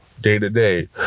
day-to-day